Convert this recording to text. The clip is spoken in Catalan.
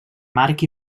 march